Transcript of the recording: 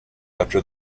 after